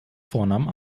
vornamen